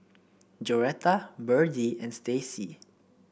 Joretta Byrdie and Stacy